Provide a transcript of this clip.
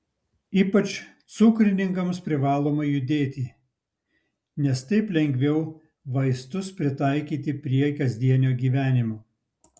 ypač cukrininkams privaloma judėti nes taip lengviau vaistus pritaikyti prie kasdienio gyvenimo